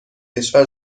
کشور